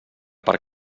per